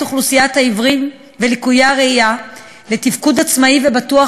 אוכלוסיית העיוורים ולקויי הראייה לתפקוד עצמאי ובטוח